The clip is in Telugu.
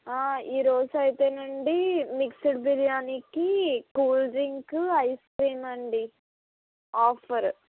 ఈరోజు అయితేనండీ మిక్స్డ్ బిర్యానీకి కూల్ డ్రింకు ఐస్క్రీమ్ అండి ఆఫర్